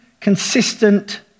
consistent